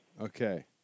okay